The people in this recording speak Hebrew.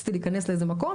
רציתי להיכנס לאיזה מקום,